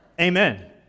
Amen